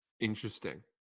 Interesting